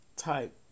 type